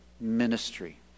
ministry